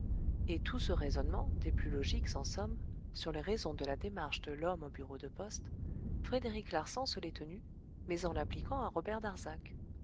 et tout ce raisonnement des plus logiques en somme sur les raisons de la démarche de l'homme au bureau de poste frédéric larsan se l'est tenu mais en l'appliquant à robert darzac